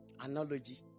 analogy